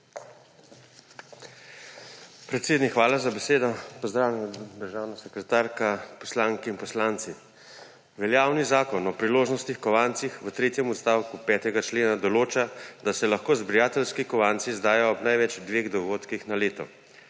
Predsednik, hvala za besedo. Pozdravljena državna sekretarka, poslanke in poslanci! Veljavni Zakon o priložnostnih kovancih v tretjem odstavku 5. člena določa, da se lahko zbirateljski kovanci izdajo ob največ dveh dogodkih na leto.